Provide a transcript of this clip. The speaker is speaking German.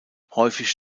häufig